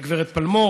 הגברת פלמור,